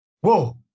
Whoa